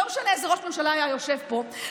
לא משנה איזה ראש ממשלה היה יושב פה,